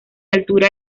altura